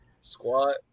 Squat